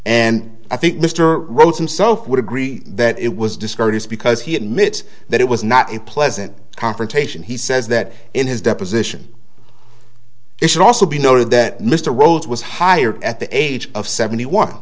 and i think mr rosen self would agree that it was discourteous because he admits that it was not a pleasant confrontation he says that in his deposition it should also be noted that mr rhodes was hired at the age of seventy one